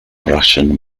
russian